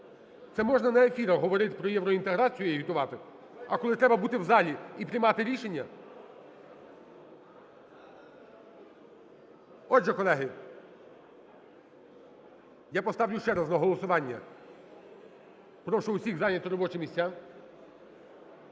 Це можна на ефірах говорити про євроінтеграцію і агітувати, а коли треба бути в залі і приймати рішення… Отже, колеги, я поставлю ще раз на голосування, прошу всіх зайняти робочі місця.